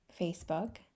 Facebook